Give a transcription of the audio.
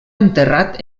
enterrat